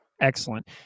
Excellent